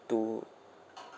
to